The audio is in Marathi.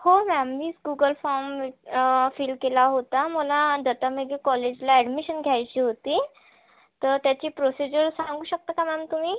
हो मॅम मीच गूगल फॉर्म फील केला होता मला दत्ता मेघे कॉलेजला ॲडमिशन घ्यायची होती तर त्याची प्रोसिजर सांगू शकता का मॅम तुम्ही